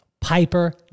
Piper